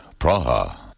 Praha